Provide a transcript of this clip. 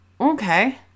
okay